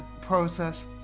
process